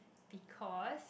because